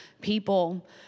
people